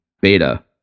beta